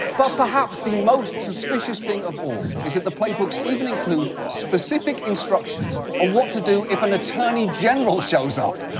but perhaps the most suspicious thing of all is that the playbooks even include specific instructions on ah what to do if an attorney general shows up.